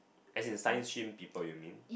as in Science stream people you mean